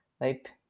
right